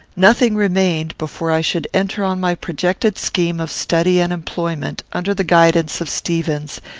nothing remained, before i should enter on my projected scheme of study and employment, under the guidance of stevens,